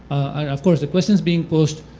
of course, the questions being posed,